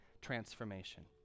transformation